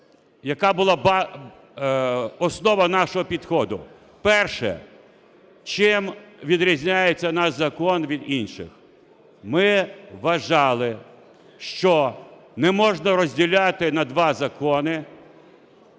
яка була основа нашого підходу: перше – чим відрізняється наш закон від інших? Ми вважали, що не можна розділяти на два закони,